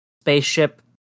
spaceship